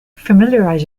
familiarize